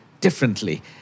differently